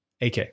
AK